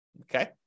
Okay